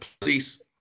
police